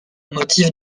motif